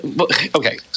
okay